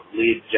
lead